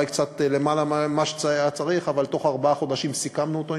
אולי קצת למעלה ממה שהיה צריך אבל תוך ארבעה חודשים סיכמנו אותו,